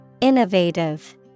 Innovative